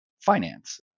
finance